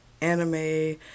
anime